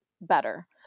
better